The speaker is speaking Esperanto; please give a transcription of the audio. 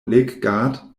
leggat